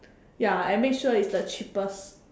ya and make sure it's the cheapest